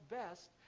best